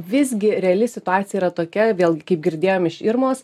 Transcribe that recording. visgi reali situacija yra tokia vėlgi kaip girdėjom iš irmos